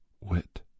wit